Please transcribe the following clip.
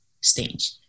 stage